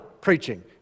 preaching